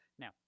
Now